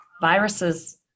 viruses